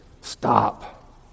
stop